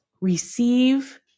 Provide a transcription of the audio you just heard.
receive